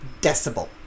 decibel